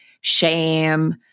shame